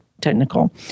technical